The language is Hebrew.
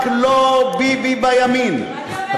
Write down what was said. אני כמוך אומר: רק לא ביבי בימין,